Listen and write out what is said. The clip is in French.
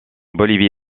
bolivie